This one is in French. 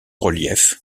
relief